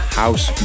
house